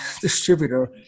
distributor